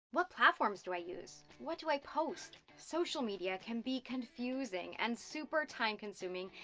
what platforms do i use? what do i post? social media can be confusing and super time consuming,